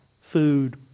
food